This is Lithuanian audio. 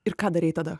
ir ką daryti tada